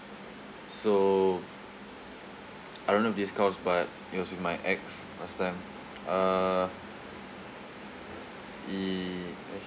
so I don't know if this counts but it was with my ex last time uh it